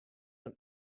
fan